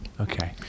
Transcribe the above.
Okay